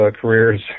careers